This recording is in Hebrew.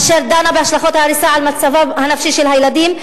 אשר דנה בהשלכות ההריסה על מצבם הנפשי של הילדים,